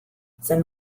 then